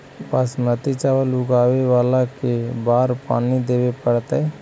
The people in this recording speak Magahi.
बासमती चावल उगावेला के बार पानी देवे पड़तै?